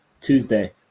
Tuesday